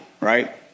right